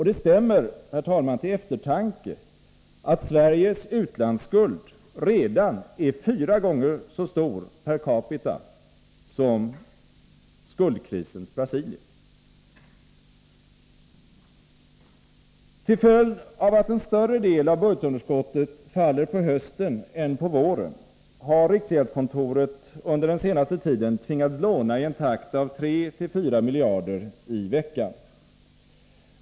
Det stämmer till eftertanke, herr talman, att Sveriges utlandsskuld redan är fyra gånger så stor per capita som den är i skuldkrisens Brasilien. Till följd av att en större del av budgetunderskottet faller på hösten än på våren har riksgäldskontoret under den senaste tiden tvingats låna i en takt av 3-4 miljarder i veckan.